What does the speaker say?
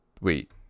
Wait